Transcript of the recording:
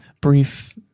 brief